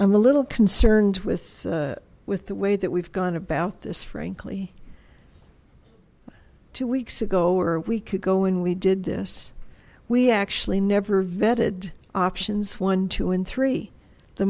i'm a little concerned with with the way that we've gone about this frankly two weeks ago or we could go in we did this we actually never vetted options one two and three the